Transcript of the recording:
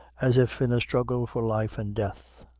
as if in a struggle for life and death.